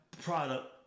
product